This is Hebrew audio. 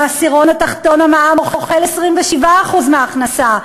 בעשירון התחתון המע"מ אוכל 27% מההכנסה.